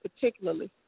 particularly